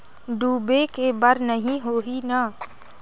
डूबे के बर नहीं होही न?